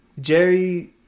Jerry